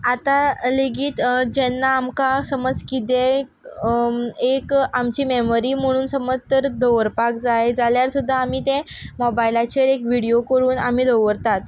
आतां लेगीत जेन्ना आमकां समज कितेंय एक आमची मॅमरी म्हुणून समत तर दवरपाक जाय जाल्यार सुद्दां आमी तें मॉबायलाचेर एक विडीयो कोरून आमी दवरतात